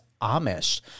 Amish